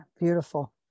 beautiful